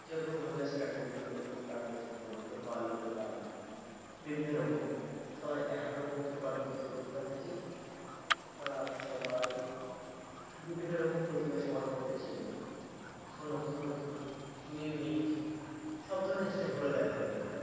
কেউ কেউ ভালো স্টান্ট করল কেউ কেউ খারাপ স্টান্ট করল কেউ পারল কেউ পারল না বিভিন্ন রকম সবাই এক এক রকম সবার প্রতি তো প্রতিভা থাকে তা সবাই বিভিন্ন রকম প্রতিভা সবার মধ্যে ছিল কেউ নতুন নতুন কেউ ইউনিক সব ধরনের স্টান্ট করে দেখাল সবাই